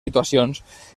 situacions